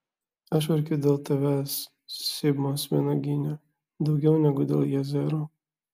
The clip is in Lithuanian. aš verkiu dėl tavęs sibmos vynuogyne daugiau negu dėl jazero